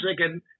second